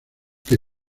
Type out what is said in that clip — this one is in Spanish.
que